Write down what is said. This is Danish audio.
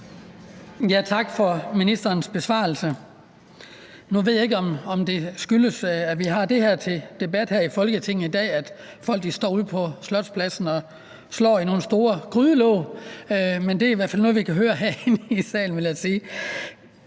Tak for ministerens besvarelse. Nu ved jeg ikke, om det skyldes, at vi har det her til debat i Folketinget i dag, at folk står ude på Slotspladsen og slår på nogle store grydelåg, men det er i hvert fald noget, vi kan høre herinde i salen, vil jeg sige.